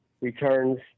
returns